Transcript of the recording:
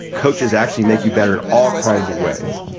coaches actually make you better in all kinds of ways.